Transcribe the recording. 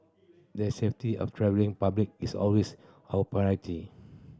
the safety of travelling public is always our priority